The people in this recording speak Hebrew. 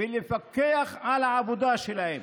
ולפקח על העבודה שלהם.